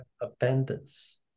abundance